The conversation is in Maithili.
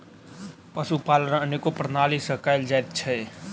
पशुपालन अनेको प्रणाली सॅ कयल जाइत छै